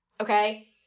okay